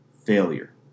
failure